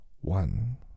one